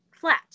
flat